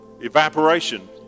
Evaporation